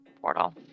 portal